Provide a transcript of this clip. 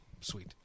sweet